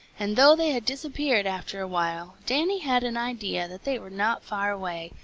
and though they had disappeared after a while, danny had an idea that they were not far away,